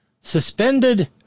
Suspended